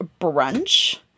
brunch